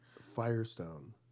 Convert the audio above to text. Firestone